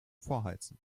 vorheizen